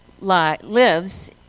lives